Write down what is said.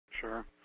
Sure